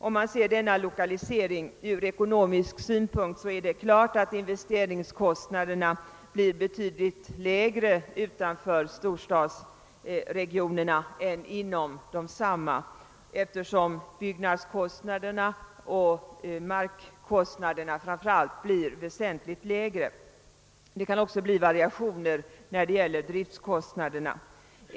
Om man ser denna lokalisering ur ekonomisk synpunkt är det klart att investeringskostnaderna blir betydligt lägre utanför storstadsregionerna än inom desamma, eftersom byggnadskostnaderna och framför allt markkostnaderna blir väsentligt lägre utanför storstäderna. Det kan också bli skillnader i driftkostnaderna.